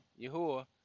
Yahuwah